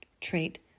trait